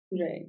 Right